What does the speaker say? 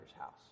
house